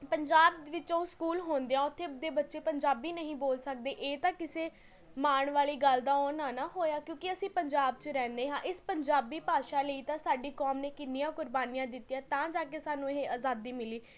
ਪੰਜਾਬ ਵਿੱਚੋਂ ਸਕੂਲ ਹੁੰਦਿਆਂਂ ਉੱਥੇ ਆਪਦੇ ਬੱਚੇ ਪੰਜਾਬੀ ਨਹੀਂ ਬੋਲ ਸਕਦੇ ਇਹ ਤਾਂ ਕਿਸੇ ਮਾਣ ਵਾਲੀ ਗੱਲ ਦਾ ਉਹ ਨਾ ਨਾ ਹੋਇਆ ਕਿਉਂਕਿ ਅਸੀਂ ਪੰਜਾਬ 'ਚ ਰਹਿੰਦੇ ਹਾਂ ਇਸ ਪੰਜਾਬੀ ਭਾਸ਼ਾ ਲਈ ਤਾਂ ਸਾਡੀ ਕੌਮ ਨੇ ਕਿੰਨੀਆਂ ਕੁਰਬਾਨੀਆਂ ਦਿੱਤੀਆਂ ਤਾਂ ਜਾ ਕੇ ਸਾਨੂੰ ਇਹ ਆਜ਼ਾਦੀ ਮਿਲੀ